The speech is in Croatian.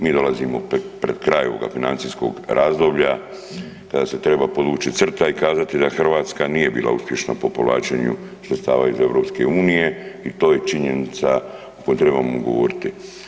Mi dolazimo pred kraj ovog financijskog razdoblja kada se treba podvući crta i kazati da Hrvatska nije bila uspješna po povlačenju sredstava iz EU i to je činjenica o kojoj trebamo govoriti.